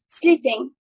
sleeping